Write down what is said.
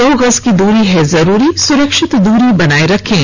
दो गज की दूरी है जरूरी सुरक्षित दूरी बनाए रखें